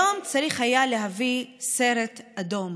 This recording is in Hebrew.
היום צריך היה להביא סרט אדום